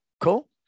Cool